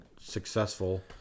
successful